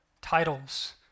titles